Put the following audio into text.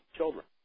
children